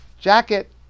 jacket